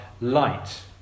light